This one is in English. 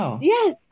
Yes